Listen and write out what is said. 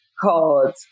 called